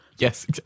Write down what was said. Yes